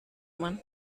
man